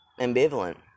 ambivalent